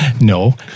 No